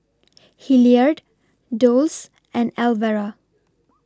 Hilliard Dulce and Elvera